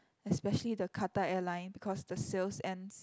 especially the Quatar Airline because the sales ends